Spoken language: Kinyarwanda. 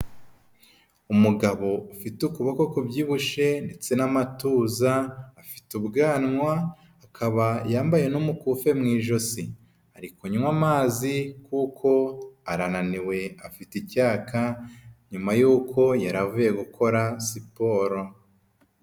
Umugabo ufite ukuboko kubyibushye ndetse n'amatuza, afite ubwanwa, akaba yambaye n'umukufe mu ijosi, ari kunywa amazi kuko arananiwe afite icyaka nyuma yuko yaravuye gukora siporo.